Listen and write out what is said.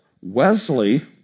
Wesley